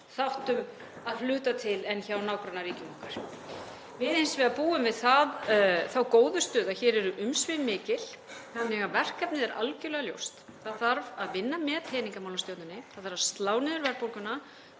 þáttum að hluta til en hjá nágrannaríkjum okkar. Við búum hins vegar við þá góðu stöðu að hér eru umsvifin mikil þannig að verkefnið er algjörlega ljóst. Það þarf að vinna með peningamálastjórninni, það þarf að slá niður verðbólgu